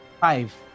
Five